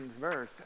verse